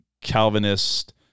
Calvinist